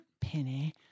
Penny